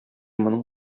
моның